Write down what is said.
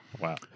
Wow